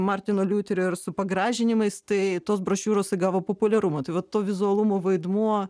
martino liuterio ir su pagražinimais tai tos brošiūros įgavo populiarumo tai va to vizualumo vaidmuo